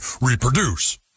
reproduce